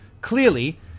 clearly